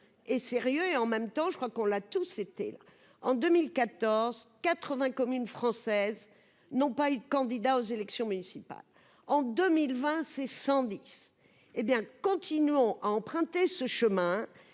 et sérieux et en même temps je crois qu'on l'a tous, c'était en 2014 80 communes françaises n'ont pas eu de candidats aux élections municipales en 2020, c'est cent dix hé bien, continuons à emprunter ce chemin,